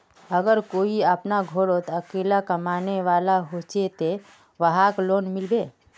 अगर कोई अपना घोरोत अकेला कमाने वाला होचे ते वहाक लोन मिलबे?